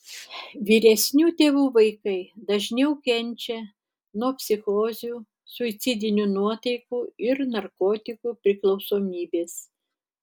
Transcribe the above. vyresnių tėvų vaikai dažniau kenčia nuo psichozių suicidinių nuotaikų ir narkotikų priklausomybės